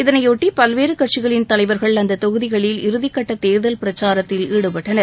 இதனையொட்டி பல்வேறு கட்சிகளின் தலைவர்கள் அந்த தொகுதிகளில் இறுதிக்கட்ட தேர்தல் பிரச்சாரத்தில் ஈடுபட்டனர்